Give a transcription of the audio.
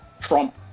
trump